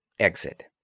EXIT